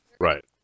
right